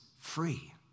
free